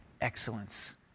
excellence